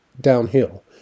Downhill